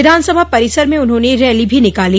विधानसभा परिसर में उन्होंने रैली भी निकाली